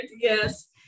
yes